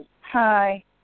hi